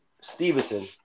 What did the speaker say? Stevenson